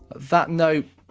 that note,